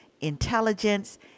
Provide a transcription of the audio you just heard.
intelligence